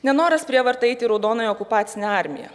nenoras prievarta eiti į raudonąją okupacinę armiją